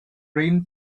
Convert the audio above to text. rain